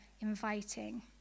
inviting